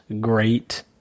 great